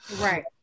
Right